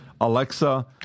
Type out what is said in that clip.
Alexa